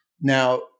Now